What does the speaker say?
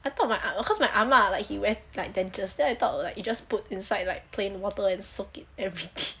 I thought my ah because my ah ma like she wear like dentures then I thought like you just put inside like plain water and then soak it everyday